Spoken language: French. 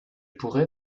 pourrais